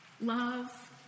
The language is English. love